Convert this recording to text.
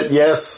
yes